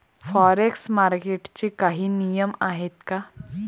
Forex मार्केटचे काही नियम आहेत का?